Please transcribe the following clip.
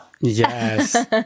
Yes